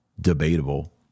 debatable